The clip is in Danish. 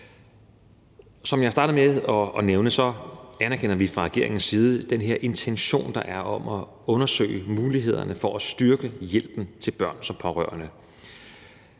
Som jeg startede med at nævne, anerkender vi fra regeringens side den intention, der er, om at undersøge mulighederne for at styrke hjælpen til børn som pårørende.